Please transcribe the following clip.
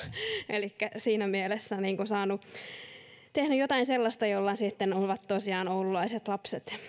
elikkä siinä mielessä olen tehnyt jotain sellaista jolla sitten ovat tosiaan oululaiset lapset